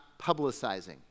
publicizing